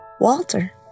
Walter